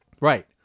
Right